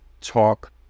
talk